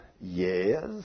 Yes